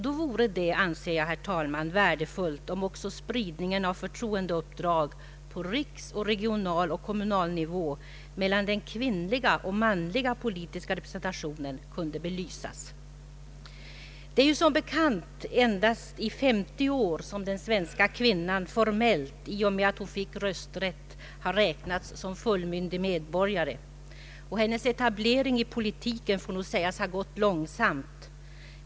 Då vore det anser jag, herr talman, värdefullt om också spridningen av förtroendeuppdrag på riksregional och kommunal nivå mellan den kvinnliga och manliga politiska representationen kunde belysas. Det är ju som bekant endast i 50 år som den svenska kvinnan formellt — i och med att hon fick rösträtt — räknats som fullmyndig medborgare. Hennes etablering i politiken får nog sägas ha gått långsamt.